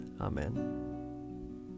Amen